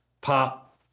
Pop